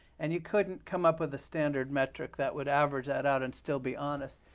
and you couldn't come up with a standard metric that would average that out and still be honest.